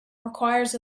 requires